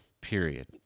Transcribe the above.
period